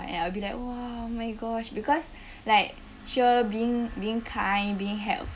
and I'll be like !wah! my gosh because like sure being being kind being helpful